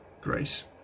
grace